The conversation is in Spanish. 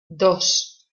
dos